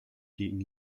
gegen